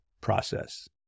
process